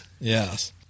Yes